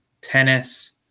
tennis